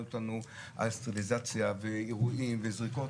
אותנו על סטריליזציה ואירועים וזריקות,